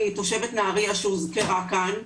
אני תושבת נהריה שהוזכרה כאן.